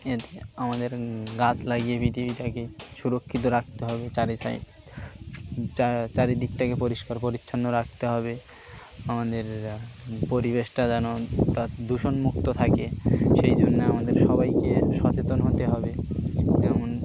এতে আমাদের গাছ লাগিয়ে পৃথিবীটাতে সুরক্ষিত রাখতে হবে চারি সাইড চারিদিকটাকে পরিষ্কার পরিচ্ছন্ন রাখতে হবে আমাদের পরিবেশটা যেন তা দূষণমুক্ত থাকে সেই জন্যে আমাদের সবাইকে সচেতন হতে হবে যেমন